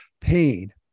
paid